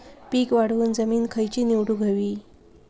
पीक वाढवूक जमीन खैची निवडुक हवी?